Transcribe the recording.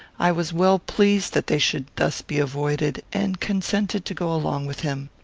i was well pleased that they should thus be avoided, and consented to go along with him.